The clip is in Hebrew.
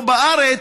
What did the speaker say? פה בארץ.